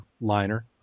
liner